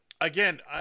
again